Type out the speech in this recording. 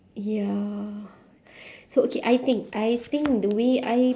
ya so okay I think I think the way I